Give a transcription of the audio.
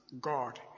God